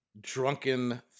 drunken